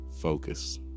Focus